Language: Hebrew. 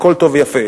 הכול טוב ויפה,